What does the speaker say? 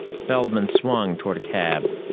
feldman swung toward a cab.